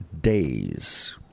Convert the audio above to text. days